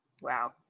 Wow